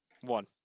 one